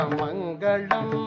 mangalam